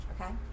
okay